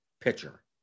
pitcher